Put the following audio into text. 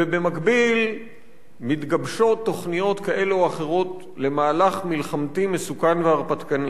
ובמקביל מתגבשות תוכניות כאלה או אחרות למהלך מלחמתי מסוכן והרפתקני.